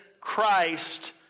Christ